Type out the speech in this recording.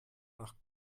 nach